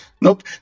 Nope